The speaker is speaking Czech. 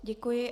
Děkuji.